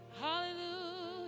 Hallelujah